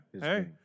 hey